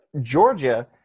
Georgia